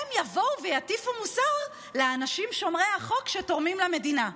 והם יבואו ויטיפו מוסר לאנשים שומרי החוק שתורמים למדינה?